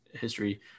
history